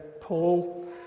Paul